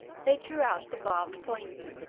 they drew out the barbed point.